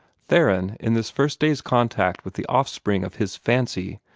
theron, in this first day's contact with the offspring of his fancy,